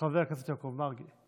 חבר הכנסת יעקב מרגי.